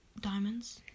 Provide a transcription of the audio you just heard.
diamonds